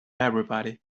everybody